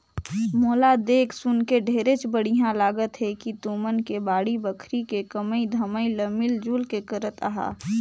मोला देख सुनके ढेरेच बड़िहा लागत हे कि तुमन के बाड़ी बखरी के कमई धमई ल मिल जुल के करत अहा